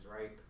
Right